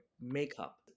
makeup